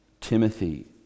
Timothy